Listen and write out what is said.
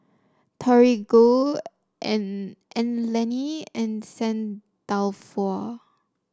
Torigo Anlene and Saint Dalfour